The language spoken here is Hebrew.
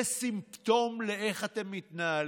זה סימפטום לאיך אתם מתנהלים.